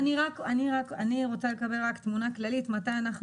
אני רוצה לקבל תמונה כללית מתי אנחנו